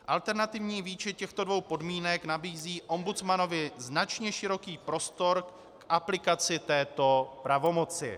Alternativní výčet těchto dvou podmínek nabízí ombudsmanovi značně široký prostor k aplikaci této pravomoci.